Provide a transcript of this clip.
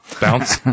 bounce